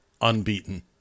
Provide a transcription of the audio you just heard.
unbeaten